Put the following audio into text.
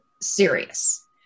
serious